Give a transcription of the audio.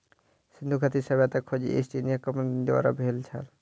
सिंधु घाटी सभ्यता के खोज ईस्ट इंडिया कंपनीक द्वारा भेल छल